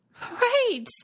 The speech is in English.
Right